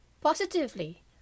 Positively